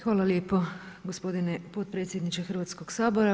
Hvala lijepo gospodine potpredsjedniče Hrvatskog sabora.